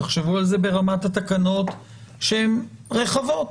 תחשבו על זה ברמת התקנות שהן רחבות.